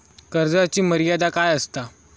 कर्जाची मर्यादा काय असता?